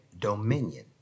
dominion